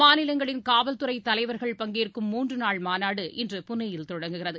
மாநிலங்களின் காவல்துறை தலைவர்கள் பங்கேற்கும் மூன்று நாள் மாநாடு இன்று புனேயில் தொடங்குகிறது